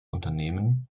unternehmen